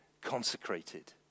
consecrated